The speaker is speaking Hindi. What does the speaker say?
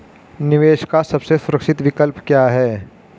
निवेश का सबसे सुरक्षित विकल्प क्या है?